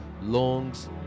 Lungs